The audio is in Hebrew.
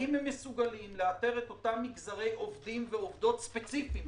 האם הם מסוגלים לאתר את אותם מגזרי עובדים ועובדות ספציפיים,